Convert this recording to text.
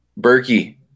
Berkey